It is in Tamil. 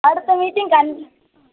அடுத்த மீட்டிங் கண்